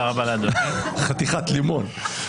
חתיכת לימון.